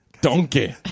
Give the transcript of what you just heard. Donkey